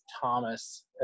Thomas